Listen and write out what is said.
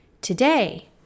Today